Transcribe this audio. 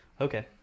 Okay